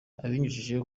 abinyujije